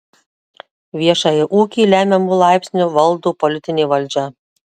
viešąjį ūkį lemiamu laipsniu valdo politinė valdžia